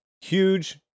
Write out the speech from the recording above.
Huge